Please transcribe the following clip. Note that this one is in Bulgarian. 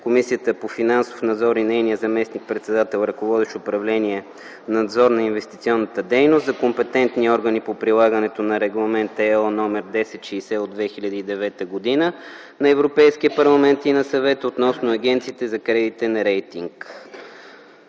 Комисията за финансов надзор и нейният заместник-председател, ръководещ управление „Надзор на инвестиционната дейност”, за компетентни органи по прилагането на Регламент (ЕО) № 1060/2009 на Европейския парламент и на Съвета относно агенциите за кредитен рейтинг.